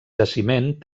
jaciment